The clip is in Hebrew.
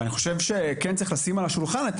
ואני חושב שכן צריך לשים על השולחן את